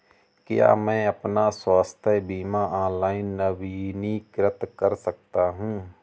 क्या मैं अपना स्वास्थ्य बीमा ऑनलाइन नवीनीकृत कर सकता हूँ?